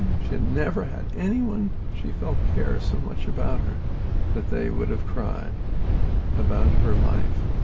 she had never had anyone she felt care so much about her that they would have cried about her life.